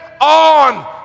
on